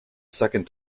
second